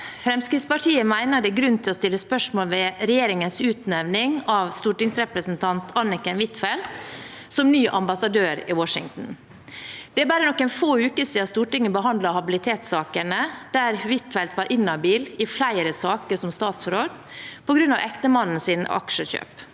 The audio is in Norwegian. Fremskrittspartiet mener det er grunn til å stille spørsmål ved regjeringens utnevning av stortingsrepresentant Anniken Huitfeldt som ny ambassadør i Washington. Det er bare noen få uker siden Stortinget behandlet habilitetssakene der Huitfeldt var inhabil i flere saker som statsråd på grunn av ektemannens aksjekjøp.